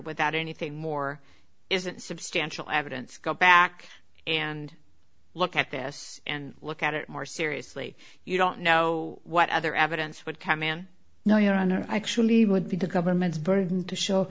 without anything more isn't substantial evidence go back and look at this and look at it more seriously you don't know what other evidence would come in no your honor i actually would be the government's burden to show